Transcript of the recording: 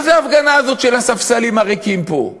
מה זאת ההפגנה הזאת של הספסלים הריקים פה?